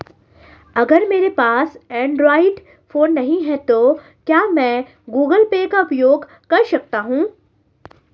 अगर मेरे पास एंड्रॉइड फोन नहीं है तो क्या मैं गूगल पे का उपयोग कर सकता हूं?